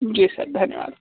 जी sir धन्यवाद